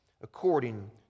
according